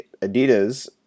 Adidas